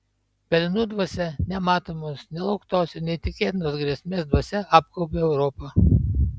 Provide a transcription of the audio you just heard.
pelenų dvasia nematomos nelauktos ir neįtikėtinos grėsmės dvasia apgaubė europą